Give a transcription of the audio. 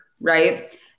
right